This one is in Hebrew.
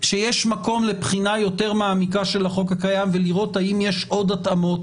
שיש מקום לבחינה יותר מעמיקה של החוק הקיים ולראות האם יש עוד התאמות